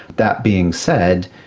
that being said,